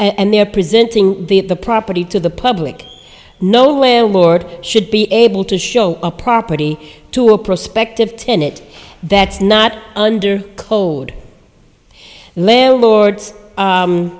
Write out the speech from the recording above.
and they're presenting the the property to the public no landlord should be able to show a property to a prospective tenet that's not under code landlords